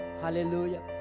hallelujah